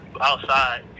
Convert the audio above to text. outside